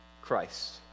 Christ